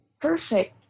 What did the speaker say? perfect